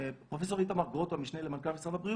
פרופ' איתמר גרוטו, המשנה למנכ"ל משרד הבריאות,